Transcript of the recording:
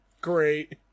Great